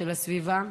של הסביבה.